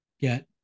get